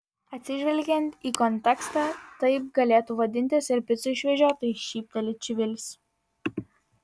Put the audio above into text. atsižvelgiant į kontekstą taip galėtų vadintis ir picų išvežiotojai šypteli čivilis